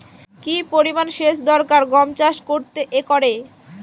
কি পরিমান সেচ দরকার গম চাষ করতে একরে?